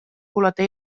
kuulata